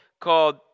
called